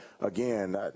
again